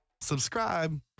subscribe